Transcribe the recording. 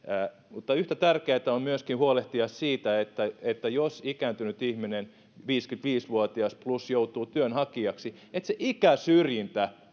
mutta yhtä tärkeätä on myöskin huolehtia siitä että että jos ikääntynyt ihminen viisikymmentäviisi plus vuotias joutuu työnhakijaksi se ikäsyrjintä